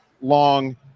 long